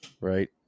Right